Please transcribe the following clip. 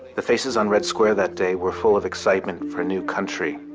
the faces on red square that day were full of excitement for a new country.